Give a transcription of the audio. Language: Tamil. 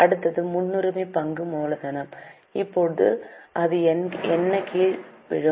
அடுத்தது முன்னுரிமை பங்கு மூலதனம் இப்போது அது என்ன கீழ் விழும்